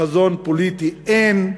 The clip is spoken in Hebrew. חזון פוליטי, אין.